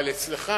אבל אצלך